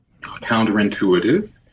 counterintuitive